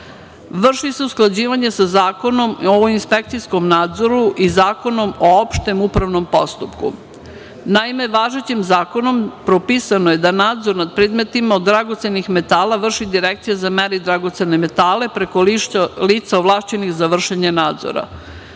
vrši usklađivanje sa Zakonom o inspekcijskom nadzoru i Zakonom o opštem upravnom postupku. Naime, važećim zakonom propisano je nadzor nad predmetima od dragocenih metala vrši Direkcija za mere i dragocene metale preko lica ovlašćenih za vršenje nadzora.